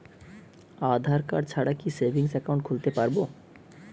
আধারকার্ড ছাড়া কি savings account খুলতে পারব?